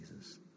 Jesus